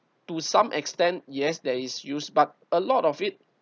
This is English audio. to some extent yes there is use but a lot of it